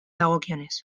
dagokionez